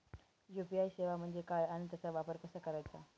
UPI सेवा म्हणजे काय आणि त्याचा वापर कसा करायचा?